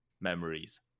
memories